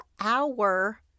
hour